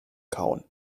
kauen